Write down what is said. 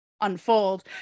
unfold